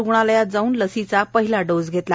रुग्णालयात जाऊन लसीचा पहिला डोस घेतला